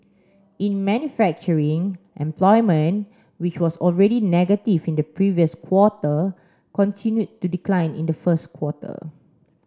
in manufacturing employment which was already negative in the previous quarter continued to decline in the first quarter